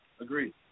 Agreed